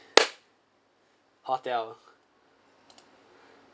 hotel